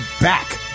back